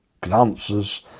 glances